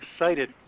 excited